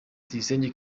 tuyisenge